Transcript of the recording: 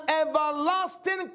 everlasting